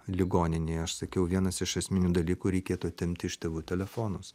ligoninėje aš sakiau vienas iš esminių dalykų reikėtų atimti iš tėvų telefonus